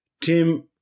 Tim